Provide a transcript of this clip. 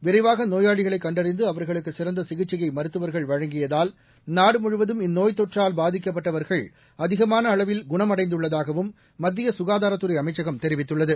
விரைவாக நோயாளிகளை கண்டறிந்து அவர்களுக்கு சிறந்த சிகிச்சையை மருத்துவர்கள் வழங்கியதால் நாடுமுழுவதும் இந்நோய்த் தொற்றால் பாதிக்கப்பட்டவர்கள் அதிகமான அளவில் குணமடைந்துள்ளதாகவும் மத்திய சுகாதாரத்துறை அமைச்சகம் தெரிவித்துள்ளது